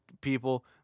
people